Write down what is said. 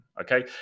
Okay